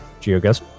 GeoGuess